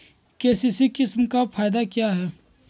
KCC scheme का फायदा क्या है?